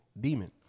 demon